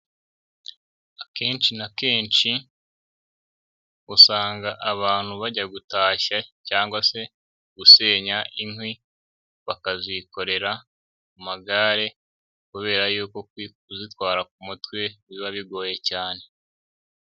Akenshi na kenshi, usanga abantu bajya gutashya cyangwa se gusenya inkwi, bakazikorera ku magare kubera yuko kuzitwara ku mutwe biba bigoye cyane.